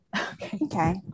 Okay